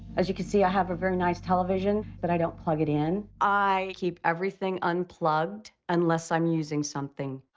as you could see, i have a very nice television, but i don't plug it in. i keep everything unplugged unless i'm using something.